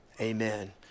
amen